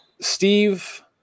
Steve